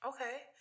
Okay